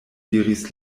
diris